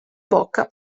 bocca